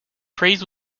praise